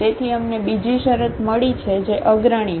તેથી અમને બીજી શરત મળી જે અગ્રણી છે